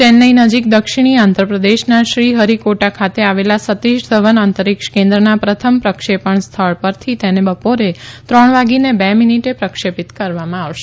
ચેન્નઈ નજીક દક્ષિણી આંધ્રપ્રદેશના શ્રી હરિકોટા ખાતે આવેલા સતીષ ધવન અંતરીક્ષ કેન્દ્રના પ્રથમ પ્રક્ષેપણ સ્થળ પરથી તેને બપોરે ત્રણ વાગીને બે મીનિટે પ્રક્ષેપિત કરવામાં આવશે